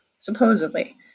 supposedly